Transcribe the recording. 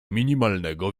minimalnego